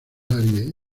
aries